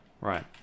Right